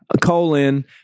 colon